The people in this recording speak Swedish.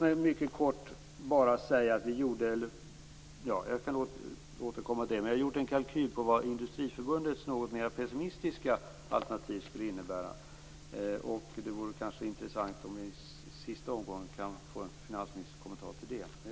Jag har gjort en kalkyl utifrån vad Industriförbundets något mer pessimistiska alternativ skulle innebära. Det kanske vore intressant om vi i sista debattomgången kunde få finansministerns kommentar till detta.